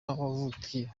wavukiye